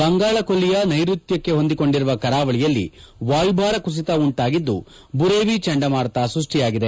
ಬಂಗಾಳಕೊಲ್ಲಿಯ ನೈರುತ್ಯಕ್ಕೆ ಹೊಂದಿಕೊಂಡಿರುವ ಕರಾವಳಿಯಲ್ಲಿ ವಾಯುಭಾರ ಕುಸಿತ ಉಂಟಾಗಿದ್ದು ಬುರೇವಿ ಚಂಡಮಾರುತ ಸ್ಪಷ್ಟಿಯಾಗಿದೆ